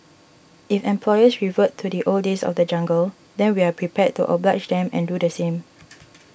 if employers revert to the old days of the jungle then we are prepared to oblige them and do the same